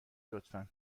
لطفا